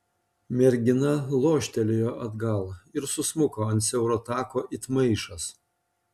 mergina loštelėjo atgal ir susmuko ant siauro tako it maišas